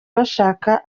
gushaka